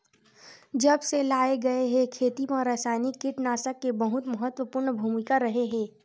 जब से लाए गए हे, खेती मा रासायनिक कीटनाशक के बहुत महत्वपूर्ण भूमिका रहे हे